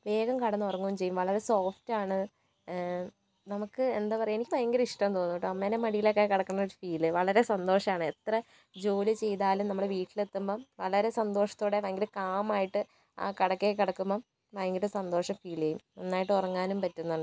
വേഗം കിടന്ന് ഉറങ്ങുകയും ചെയ്യും വളരെ സോഫ്റ്റ് ആണ് നമുക്ക് എന്താ പറയുക എനിക്ക് ഭയങ്കര ഇഷ്ടവും തോന്നും ട്ടോ അമ്മേൻ്റെ മടിയിൽ ഒക്കെ കിടക്കുന്ന ഒരു ഫീൽ വളരെ സന്തോഷാണ് എത്ര ജോലി ചെയ്താലും നമ്മൾ വീട്ടിൽ എത്തുമ്പോൾ വളരെ സന്തോഷത്തോടെ ഭയങ്കര കാം ആയിട്ട് ആ കിടക്കയിൽ കിടക്കുമ്പോൾ ഭയങ്കര സന്തോഷം ഫീൽ ചെയ്യും നന്നായിട്ട് ഉറങ്ങാനും പറ്റും